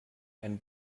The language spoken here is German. einen